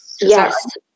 Yes